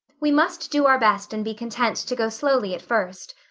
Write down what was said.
we must do our best and be content to go slowly at first.